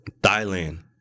Thailand